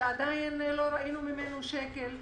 שעדין לא ראינו ממנו שקל.